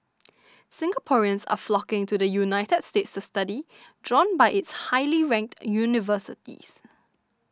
Singaporeans are flocking to the United States to study drawn by its highly ranked universities